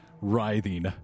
writhing